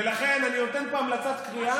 ולכן אני נותן פה המלצת קריאה.